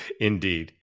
Indeed